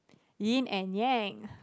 yin and yang